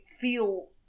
feel